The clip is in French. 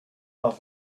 par